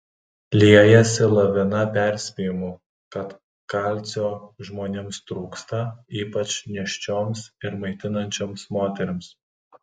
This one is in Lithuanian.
liejasi lavina perspėjimų kad kalcio žmonėms trūksta ypač nėščioms ir maitinančioms moterims